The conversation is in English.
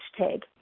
hashtag